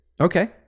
Okay